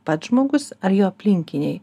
pats žmogus ar jo aplinkiniai